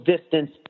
distance